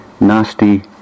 nasty